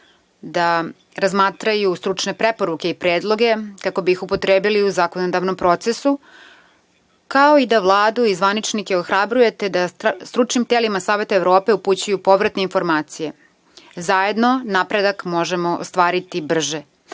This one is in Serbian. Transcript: da razmatraju stručne preporuke i predloge kako bi ih upotrebili u zakonodavnom procesu, kao i da Vladu i zvaničnike ohrabrujete da stručnim telima Saveta Evrope upućuju povratne informacije. Zajedno napredak možemo ostvariti brže. Želim